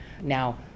Now